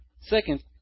Second